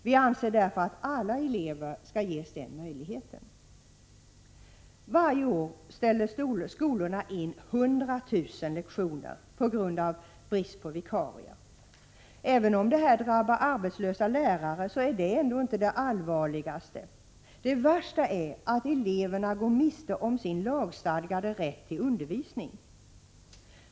Vi anser därför att alla elever skall ges den möjligheten. Varje år ställer skolorna in 100 000 lektioner. Även om detta drabbar arbetslösa lärare, så är det ändå inte det allvarligaste. Det värsta är att eleverna går miste om sin lagstadgade rätt till undervisning.